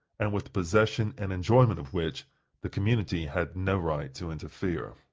and with the possession and enjoyment of which the community had no right to interfere.